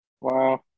Wow